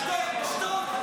--- שתוק,